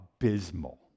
abysmal